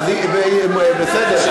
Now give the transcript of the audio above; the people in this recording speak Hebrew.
בסדר.